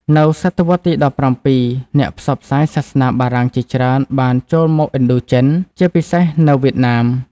នៅសតវត្សរ៍ទី ១៧ អ្នកផ្សព្វផ្សាយសាសនាបារាំងជាច្រើនបានចូលមកឥណ្ឌូចិន ជាពិសេសនៅវៀតណាម។